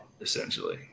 essentially